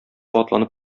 атланып